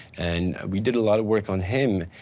and we did a lot of work on him.